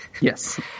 Yes